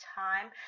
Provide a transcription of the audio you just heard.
time